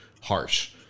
harsh